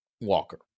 Walker